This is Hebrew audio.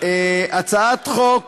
הצעת חוק